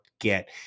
get